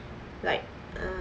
like err